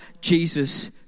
Jesus